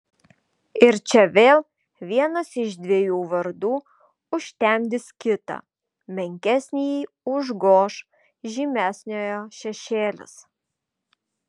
ir čia vėl vienas iš dviejų vardų užtemdys kitą menkesnįjį užgoš žymesniojo šešėlis